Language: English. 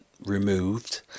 removed